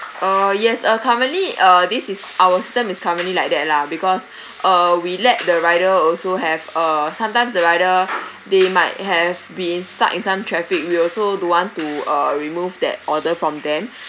uh yes uh currently uh this is our system is currently like that lah because uh we let the rider also have uh sometimes the rider they might have been stuck in some traffic we also don't want to uh remove that order from them